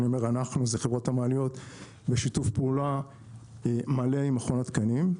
כשאני אומר אנחנו זה חברות המעליות בשיתוף פעולה מלא עם מכון התקנים.